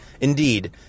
Indeed